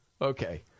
Okay